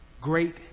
great